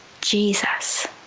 Jesus